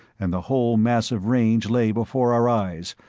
and the whole massive range lay before our eyes,